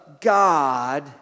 God